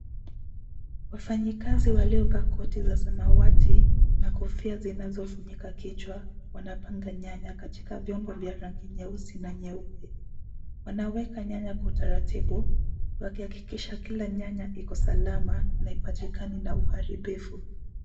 Wafanyikazi waliovaa koti za samawati na kofia zinazofunika kichwa wanapanga nyanya katika vyombo vya rangi nyeusi na nyeupe. Wanaweka nyanya kwa utaratibu wakihakikisha kila nyanya iko salama na haipatikani na uharibifu.